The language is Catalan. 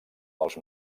dels